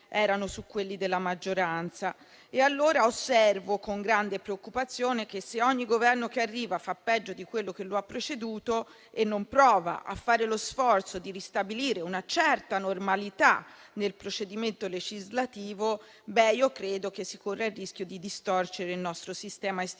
erano tra quelli della maggioranza. Osservo con grande preoccupazione che, se ogni Governo che arriva fa peggio di quello che lo ha preceduto e non prova a fare lo sforzo di ristabilire una certa normalità nel procedimento legislativo, si corre il rischio di distorcere il nostro sistema istituzionale.